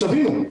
שתבינו,